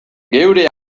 geurea